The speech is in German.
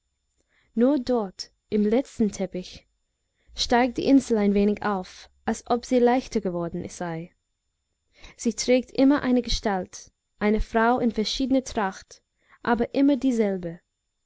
nur dort im letzten teppich steigt die insel ein wenig auf als ob sie leichter geworden sei sie trägt immer eine gestalt eine frau in verschiedener tracht aber immer dieselbe